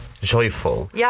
joyful